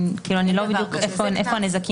איפה הנזקים?